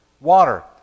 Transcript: water